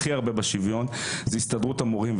הכי הרבה בשוויון זה הסתדרות המורים.